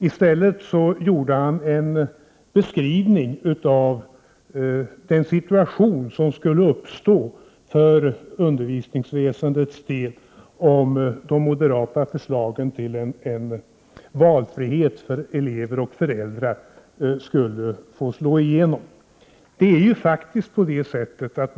I stället gjorde han en beskrivning av den situation som skulle uppstå för undervisningsväsendets del om de moderata förslagen till en valfrihet för elever och föräldrar skulle få slå igenom.